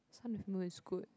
sun with moon is good